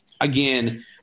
again –